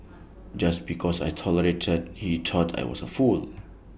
just because I tolerated he thought I was A fool